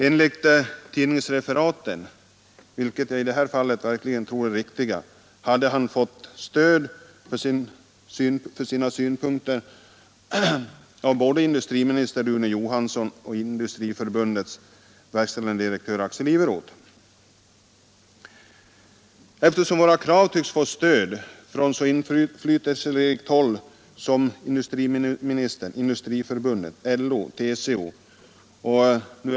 Enligt tidningsreferaten — vilka jag i det här fallet verkligen tror är riktiga — hade han fått stöd för sina synpunkter av både industriminister Rune Johansson och Industriförbundets verkställande direktör Axel Iveroth. Våra krav tycks således få stöd från så inflytelserikt håll som från industriministern, Industriförbundet, LO och TCO.